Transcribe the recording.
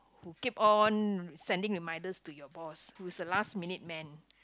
who keep on sending reminders to your boss who is a last minute man